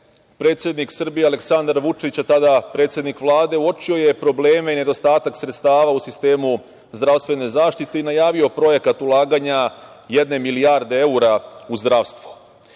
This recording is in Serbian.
predsednik Srbije Aleksandar Vučić, a tada predsednik Vlade, uočio je probleme i nedostatak sredstava u sistemu zdravstvene zaštite i najavio projekat ulaganja jedne milijarde evra u zdravstvo. Zbog